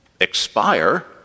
Expire